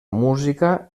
música